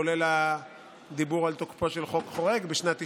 כולל הדיבור על תוקפו של חוק חורג בשנת 1994,